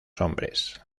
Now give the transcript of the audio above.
hombres